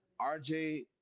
RJ